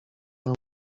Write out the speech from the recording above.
nam